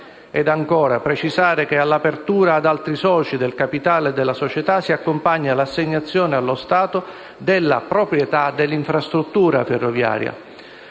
gruppo; precisare che all'apertura ad altri soci del capitale della società si accompagna l'assegnazione allo Stato della proprietà dell'infrastruttura ferroviaria